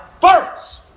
first